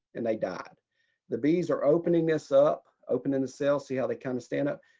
and they died the bees are opening this up, opening the cell. see how they kind of stand up?